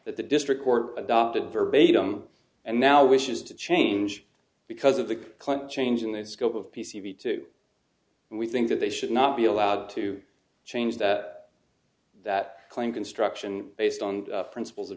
that the district court adopted verbatim and now wishes to change because of the climate change and the scope of p c b to and we think that they should not be allowed to change that that claim construction based on principles o